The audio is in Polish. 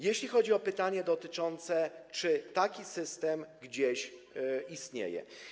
Jeśli chodzi o pytanie dotyczące tego, czy taki system gdzieś istnieje.